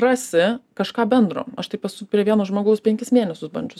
rasi kažką bendro aš taip esu prie vieno žmogaus penkis mėnesius bandžius